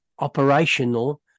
operational